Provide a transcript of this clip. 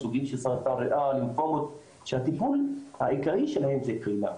סוגים של סרטן הריאה שהטיפול העיקרי שלהם זה קרינה.